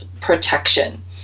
protection